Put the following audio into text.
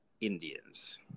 Indians